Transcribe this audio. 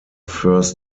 first